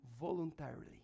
voluntarily